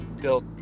built